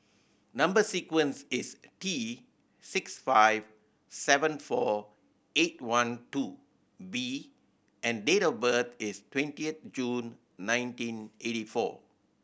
number sequence is T six five seven four eight one two B and date of birth is twentieth June nineteen eighty four